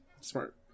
smart